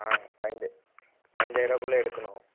ஆ பதிஞ் பதிஞ்சாயிருவாக்குள்ளே எடுக்கணும்